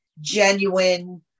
genuine